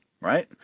right